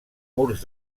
murs